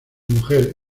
mujer